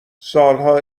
سالها